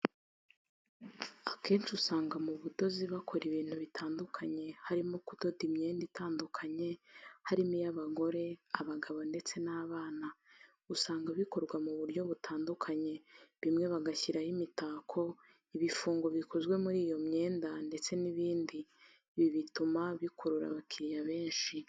Akenshi usanga mu budozi bakora ibintu bitandukanye harimo kudoda imyenda itandukanye harimo iy'abagore, abagabo ndetse n'abana, usanga bikorwa mu buryo butandukanye bimwe bagashyiraho imitako, ibifungo bikozwe muri iyo myenda ndetse n'ibindi, ibi bituma bikurura abakiriya benshi.